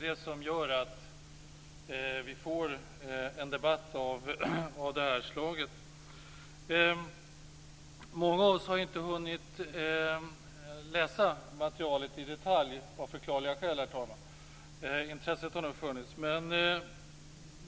Det gör att vi får en debatt av det här slaget. Många av oss har inte hunnit läsa materialet i detalj av förklarliga skäl. Intresset hade nog funnits.